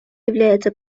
является